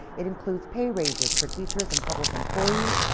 it includes pay raises for teachers and public employees,